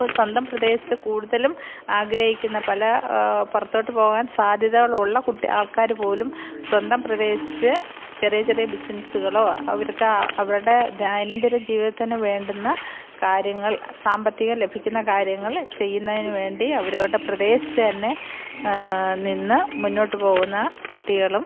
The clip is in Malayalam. അപ്പം സ്വന്തം പ്രദേശത്ത് കൂടുതലും ആഗ്രഹിക്കുന്നത് പല പുറത്തോട്ട് പോവാന് സാധ്യതകളുള്ള ആള്ക്കാർ പോലും സ്വന്തം പ്രദേശം ചെറിയ ചെറിയ ബിസ്നെസ്സുകളോ അവഋക്ക് അവരുടെ ദൈനംദിന ജീവിതത്തിന് വേണ്ടുന്ന കാര്യങ്ങള് സാമ്പത്തികം ലഭിക്കുന്ന കാര്യങ്ങൾ ചെയ്യുന്നതിന് വേണ്ടി അവരവരുടേ പ്രദേശത്തു തന്നെ നിന്ന് മുന്നോട്ടുപോകുന്ന കുട്ടികളും